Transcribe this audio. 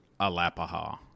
Alapaha